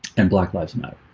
and black lives matter